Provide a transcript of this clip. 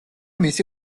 მისი